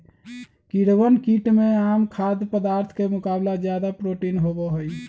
कीड़वन कीट में आम खाद्य पदार्थ के मुकाबला ज्यादा प्रोटीन होबा हई